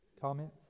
Comments